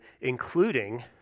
including